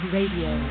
Radio